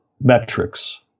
metrics